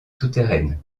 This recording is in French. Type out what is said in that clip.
souterraine